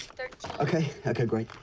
thirteen okay. okay, great.